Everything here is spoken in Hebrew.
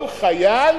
כל חייל